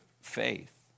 faith